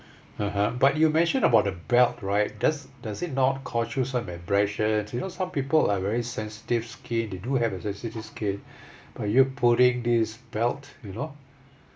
(uh huh) but you mention about the belt right does does it not cost you some abrasions you know some people are very sensitive skin they do have a sensitive skin by you putting this belt you know